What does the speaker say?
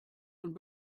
und